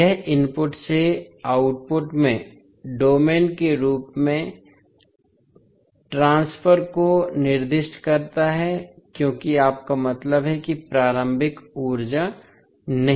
यह इनपुट से आउटपुट में डोमेन के रूप में ट्रांसफर को निर्दिष्ट करता है क्योंकि आपका मतलब है प्रारंभिक ऊर्जा नहीं